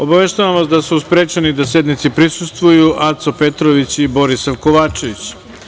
Obaveštavam vas da su sprečeni da sednici prisustvuju: Aco Petrović i Borisav Kovačević.